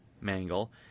Mangle